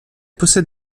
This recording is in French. possède